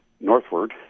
northward